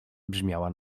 brzmiała